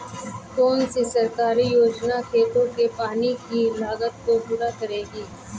कौन सी सरकारी योजना खेतों के पानी की लागत को पूरा करेगी?